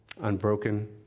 Unbroken